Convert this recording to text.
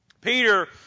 Peter